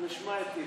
ננסה לפענח.